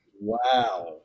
Wow